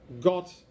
got